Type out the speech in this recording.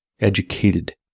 educated